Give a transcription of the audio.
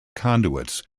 conduits